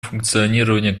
функционирование